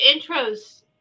intros